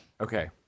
Okay